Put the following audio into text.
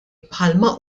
bħalma